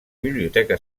biblioteca